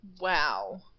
Wow